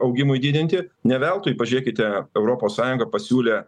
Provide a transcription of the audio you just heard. augimui didinti ne veltui pažiūrėkite europos sąjunga pasiūlė